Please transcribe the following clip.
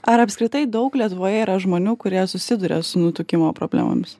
ar apskritai daug lietuvoje yra žmonių kurie susiduria su nutukimo problemomis